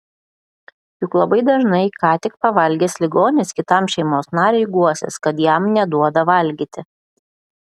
juk labai dažnai ką tik pavalgęs ligonis kitam šeimos nariui guosis kad jam neduoda valgyti